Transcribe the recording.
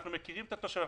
אנחנו מכירים את התושבים,